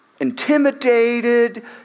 Intimidated